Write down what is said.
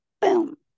boom